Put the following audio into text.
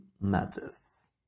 matches